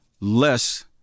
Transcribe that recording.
less